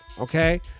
okay